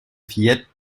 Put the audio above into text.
fillette